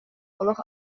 олох